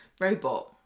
robot